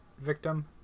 victim